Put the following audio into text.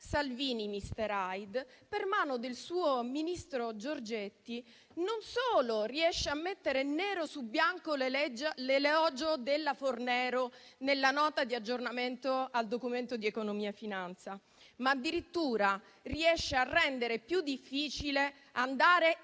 Salvini-mister Hyde, per mano del suo ministro Giorgetti, non solo riesce a mettere nero su bianco l'elogio della cosiddetta legge Fornero nella Nota di aggiornamento al documento di economia e finanza, ma addirittura riesce a rendere più difficile andare